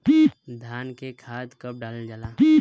धान में खाद कब डालल जाला?